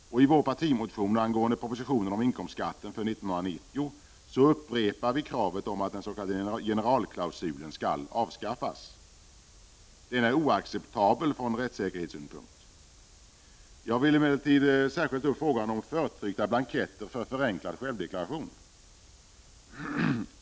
I vår partimotion angående propositionen om inkomstskatten för 1990 upprepar vi kravet om att den s.k. generalklausulen skall avskaffas. Den är oacceptabel från rättssäkerhetssynpunkt. Jag vill emellertid särskilt ta upp frågan om förtryckta blanketter för förenklad självdeklaration.